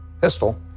pistol